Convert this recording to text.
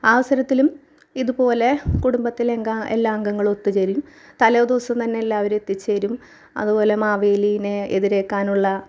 ആ അവസരത്തിലും ഇതുപോലെ കുടുംബത്തിലെ എല്ലാ അംഗങ്ങളും ഒത്തുചേരും തലേ ദിവസം തന്നെ എല്ലാവരും എത്തിച്ചേരും അതുപോലെ മാവേലിനെ എതിരേൽക്കാനുള്ള